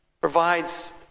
provides